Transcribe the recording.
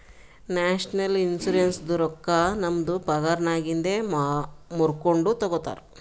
national ಇನ್ಶುರೆನ್ಸದು ರೊಕ್ಕಾ ನಮ್ದು ಪಗಾರನ್ನಾಗಿಂದೆ ಮೂರ್ಕೊಂಡು ತಗೊತಾರ್